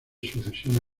sucesión